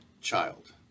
child